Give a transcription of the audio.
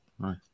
right